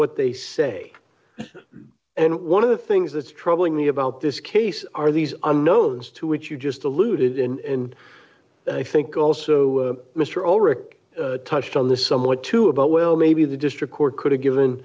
what they say and one of the things that's troubling me about this case are these unknowns to which you just alluded and i think also mr alric touched on this somewhat too about well maybe the district court could have given